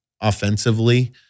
offensively